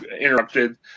Interrupted